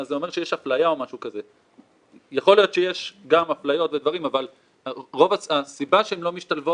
יכול להיות שדווקא ממשלה או כל מיני גורמים אחרים,